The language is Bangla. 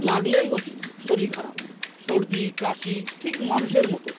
লাগলেই ও শরীর খারাপ সর্দি কাশি ঠিক মানুষের মতো